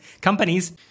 companies